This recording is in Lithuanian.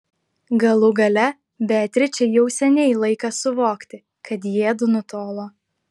galų gale beatričei jau seniai laikas suvokti kad jiedu nutolo